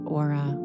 aura